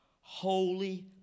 Holy